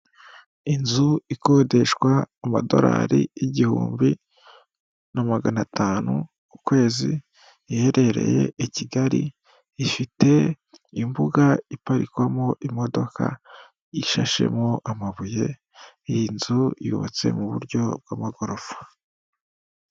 Inzu ikodeshwa amadorari igihumbi na magana atanu ku ukwezi iherereye i Kigali, ifite imbuga iparikwamo imodoka ishashemo amabuye, iyi nzu yubatswe mu buryo bw'amagorofa.